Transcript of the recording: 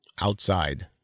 Outside